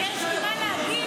כשיש לי מה להגיד,